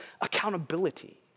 accountability